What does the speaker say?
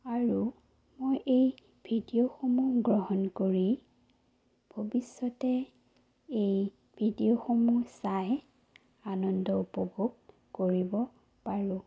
আৰু মই এই ভিডিঅ'সমূহ গ্ৰহণ কৰি ভৱিষ্যতে এই ভিডিঅ'সমূহ চাই আনন্দ উপভোগ কৰিব পাৰোঁ